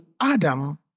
Adam